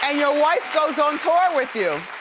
ah your wife goes on tour with you.